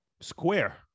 Square